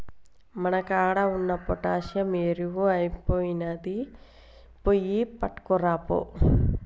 మన కాడ ఉన్న పొటాషియం ఎరువు ఐపొయినింది, పోయి పట్కరాపో